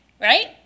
right